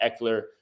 Eckler